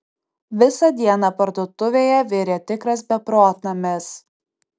visą dieną parduotuvėje virė tikras beprotnamis